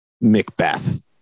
Macbeth